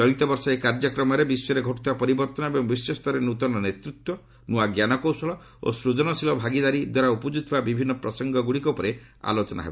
ଚଳିତବର୍ଷ ଏହି କାର୍ଯ୍ୟକ୍ରମରେ ବିଶ୍ୱରେ ଘଟୁଥିବା ପରିବର୍ତ୍ତନ ଏବଂ ବିଶ୍ୱସ୍ତରରେ ନୂତନ ନେତୃତ୍ୱ ନୂଆ ଜ୍ଞାନକୌଶଳ ଓ ସୃଜନଶୀଳ ଭାଗିଦାରୀ ଦ୍ୱାରା ଉପୁଜୁଥିବା ବିଭିନ୍ନ ପ୍ରସଙ୍ଗଗୁଡ଼ିକ ଉପରେ ଆଲୋଚନା ହେବ